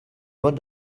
what